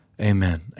Amen